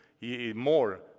more